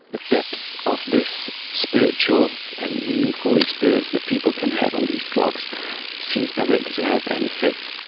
the depth of this spiritual and meaningful experience that people can have on these drugs seems directly to have an effect.